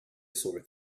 sore